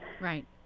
Right